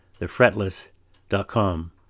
thefretless.com